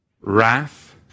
Wrath